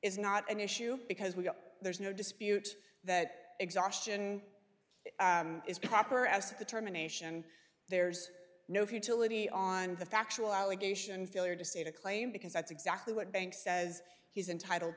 is not an issue because we know there's no dispute that exhaustion is proper as the term a nation there's no futility on the factual allegation failure to state a claim because that's exactly what bank says he's entitled